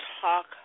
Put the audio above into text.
talk